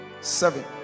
Seven